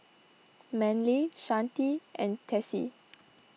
Manley Shante and Tessie